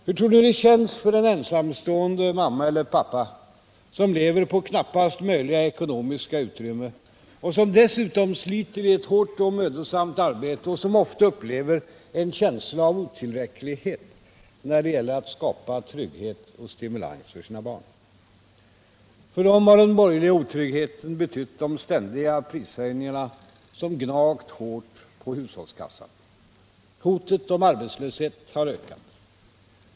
Hurtror ni det känns för en ensamstående mamma eller pappa som lever på knappast möjliga ekonomiska utrymme, som dessutom sliter i ett hårt och mödosamt arbete och som ofta upplever en känsla av otillräcklighet när det gäller att skapa trygghet och stimulans åt sina barn? För dem har den borgerliga otryggheten betytt de ständiga prishöjningarna som gnagt hårt på hushållskassan. Hotet om arbetslöshet har ökat.